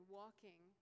walking